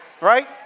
right